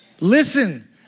Listen